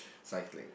cycling